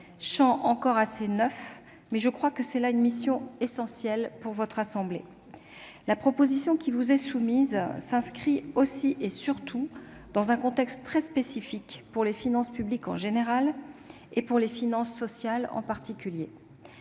champ encore assez neuf, mais qui relève, me semble-t-il, d'une mission essentielle pour la Haute Assemblée. La proposition qui vous est soumise s'inscrit aussi, et surtout, dans un contexte très spécifique pour les finances publiques en général et pour les finances sociales en particulier.